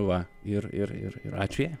va ir ir ir ačiū jai